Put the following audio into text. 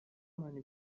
many